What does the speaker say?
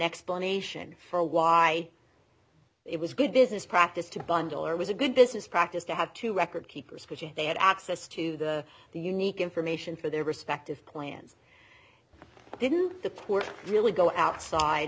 explanation for why it was good business practice to bundler was a good business practice to have two record keepers because they had access to the the unique information for their respective plans but didn't the poor really go outside